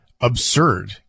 absurd